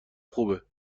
خوبه